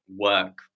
work